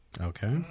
Okay